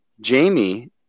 Jamie